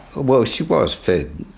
well she was fed.